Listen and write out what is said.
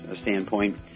standpoint